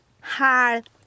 hard